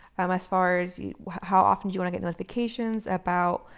um as far as how often do you and get notifications about,